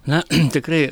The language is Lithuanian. na tikrai